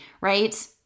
right